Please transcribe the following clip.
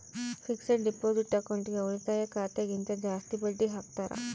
fixed deposit ಅಕೌಂಟ್ಗೆ ಉಳಿತಾಯ ಖಾತೆ ಗಿಂತ ಜಾಸ್ತಿ ಬಡ್ಡಿ ಹಾಕ್ತಾರ